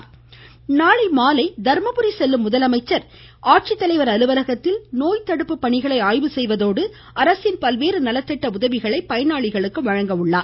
இதனை தொடர்ந்து நாளை மாலை தர்மபுரி செல்லும் முதலமைச்சர் ஆட்சித்தலைவர் அலுவலகத்தில் நோய்த் தடுப்பு பணிகளை ஆய்வு செய்வதோடு அரசின் பல்வேறு நலத்திட்ட உதவிகளையும் பயனாளிகளுக்கு வழங்க உள்ளார்